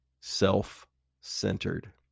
self-centered